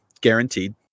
guaranteed